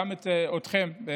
אתכם,